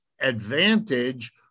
advantage